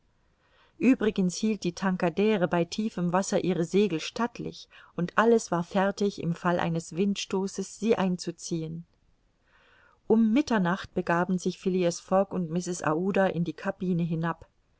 uebrigens hielt die tankadere bei tiefem wasser ihre segel stattlich und alles war fertig im fall eines windstoßes sie einzuziehen um mitternacht begaben sich phileas fogg und mrs aouda in die cabine hinab